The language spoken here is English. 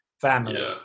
family